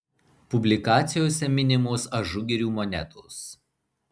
publikacijose minimos ažugirių monetos